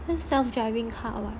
self-driving car